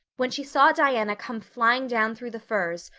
when she saw diana come flying down through the firs,